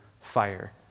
fire